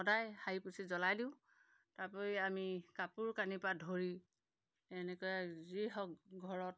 সদায় সাৰি পুচি জ্বলাই দিওঁ তাৰ উপৰি আমি কাপোৰ কানিৰপৰা ধৰি এনেকৈ যি হওক ঘৰত